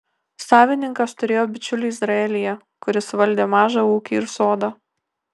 savininkas turėjo bičiulį izraelyje kuris valdė mažą ūkį ir sodą